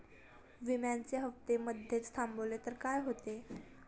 विम्याचे हफ्ते मधेच थांबवले तर काय होते?